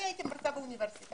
אני הייתי מרצה באוניברסיטה,